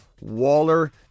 Waller